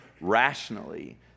rationally